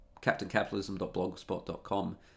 captaincapitalism.blogspot.com